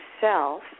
Self